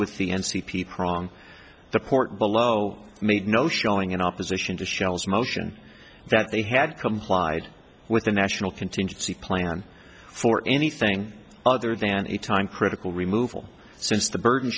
prong the port below made no showing in opposition to shells motion that they had complied with the national contingency plan for anything other than a time critical removal since the burden